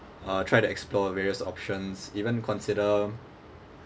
uh try to explore various options even consider